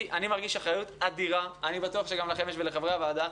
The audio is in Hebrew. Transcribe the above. אני מרגיש אחריות אדירה אני בטוח שגם אתם וחברי הוועדה